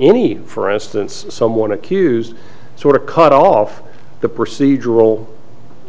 any for instance someone accused sort of cut off the procedural